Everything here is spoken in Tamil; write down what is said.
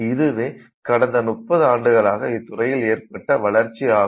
இதுவே கடந்த 30 ஆண்டுகளாக இத்துறையில் ஏற்பட்ட வளர்ச்சியாகும்